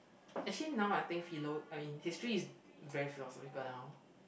actually now I think philo I mean history is very philosophical now